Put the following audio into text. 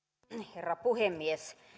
herra puhemies